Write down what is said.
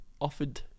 offered